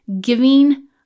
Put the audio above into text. giving